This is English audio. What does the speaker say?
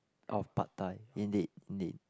of pad-thai indeed indeed